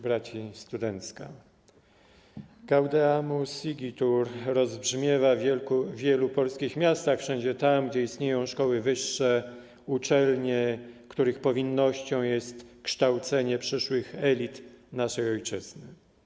Braci Studencka! „Gaudeamus Igitur” rozbrzmiewa w wielu polskich miastach, wszędzie tam, gdzie istnieją szkoły wyższe, uczelnie, których powinnością jest kształcenie przyszłych elit naszej ojczyzny.